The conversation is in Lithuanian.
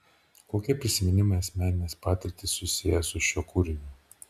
kokie prisiminimai asmeninės patirtys jus sieja su šiuo kūriniu